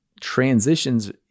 transitions